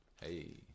Hey